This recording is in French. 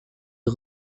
est